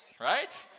right